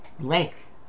length